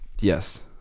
yes